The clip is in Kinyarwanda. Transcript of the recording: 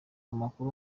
amakuru